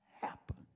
happen